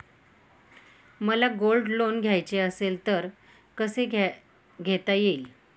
मला gold loan घ्यायचे असेल तर कसे घेता येईल?